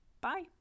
Bye